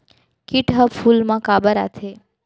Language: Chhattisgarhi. किट ह फूल मा काबर आथे?